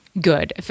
good